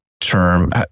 term